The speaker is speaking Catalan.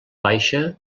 baixa